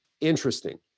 Interesting